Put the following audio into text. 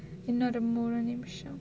இன்னொரு மூணு நிமிஷம்:innoru moonu nimisham